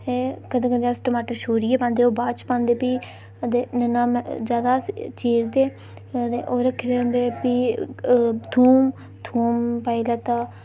हैं कदें कदें अस टमाटर छूरियै पांदे ओह् बा'द च पांदे फ्ही ते मैं ज्यादा अस चीरदे आं ते ओह् रक्खे दे होंदे फ्ही थोम थोम पाई लैता